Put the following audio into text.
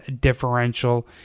differential